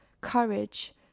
courage